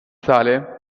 sale